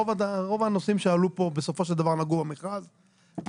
רוב הנושאים שעלו פה בסופו של דבר נגעו על המכרז הזה.